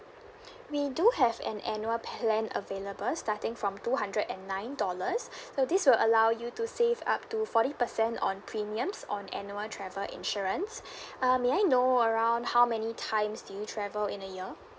we do have an annual plan available starting from two hundred and nine dollars so this will allow you to save up to forty percent on premiums on annual travel insurance uh may I know around how many times do you travel in a year